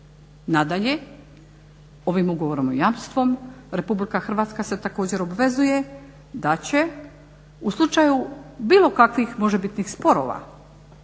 Nadalje, ovim ugovorom o jamstvu Republika Hrvatska se također obvezuje da će u slučaju bilo kakvih možebitnih sporova